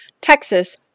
Texas